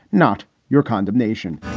not your condemnation.